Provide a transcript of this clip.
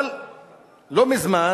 אבל לא מזמן